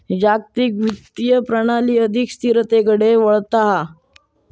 जागतिक वित्तीय प्रणाली अधिक स्थिरतेकडे वळता हा